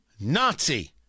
Nazi